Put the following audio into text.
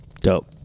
Dope